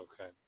okay